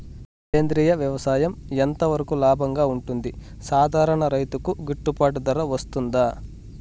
సేంద్రియ వ్యవసాయం ఎంత వరకు లాభంగా ఉంటుంది, సాధారణ రైతుకు గిట్టుబాటు ధర వస్తుందా?